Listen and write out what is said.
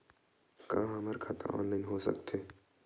का हमर खाता ऑनलाइन हो सकथे?